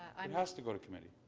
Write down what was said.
and has to go to committee.